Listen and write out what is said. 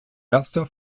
erster